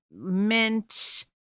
mint